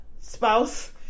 spouse